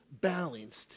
balanced